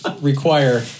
require